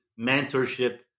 mentorship